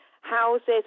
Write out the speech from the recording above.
houses